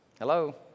Hello